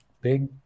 big